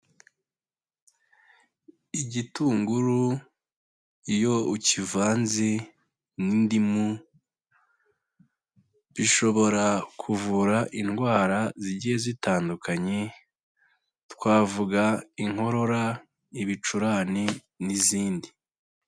Igitunguru iyo ukivanze n'indimu, bishobora kuvura indwara zigiye zitandukanye, twavuga inkorora, ibicurane, n'izindi.